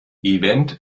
event